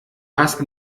hast